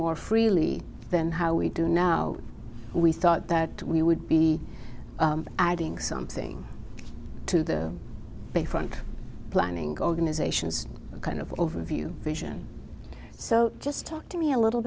more freely than how we do now we thought that we would be adding something to the bayfront planning going ization is a kind of overview vision so just talk to me a little